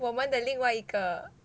我们的另外一个